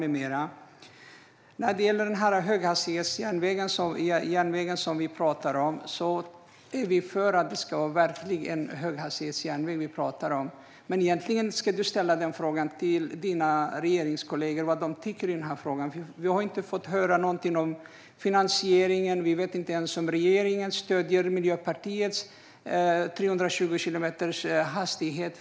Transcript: Vi är för att en höghastighetsjärnväg ska förverkligas. Men egentligen ska du ställa den frågan till dina regeringskollegor. Vi har inte hört någonting om finansieringen. Vi vet inte ens om regeringen stöder Miljöpartiets förslag om 320 kilometers hastighet.